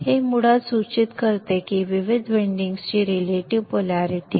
हे मुळात सूचित करते की विविध विंडिंग्सची रिलेटिव पोलॅरिटी